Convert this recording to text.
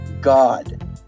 God